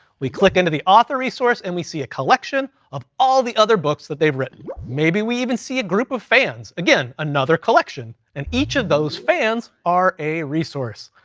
we click into the author resource, and we see a collection of all the other books that they've written. maybe we even see a group of fans. again, another collection, and each of those fans are a resource.